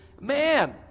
man